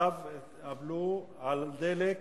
צו הבלו על דלק